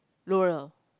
L'oreal